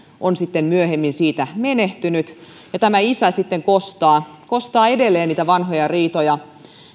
on sitten myöhemmin menehtynyt tämä isä sitten kostaa kostaa edelleen niitä vanhoja riitoja